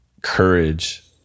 courage